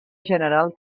general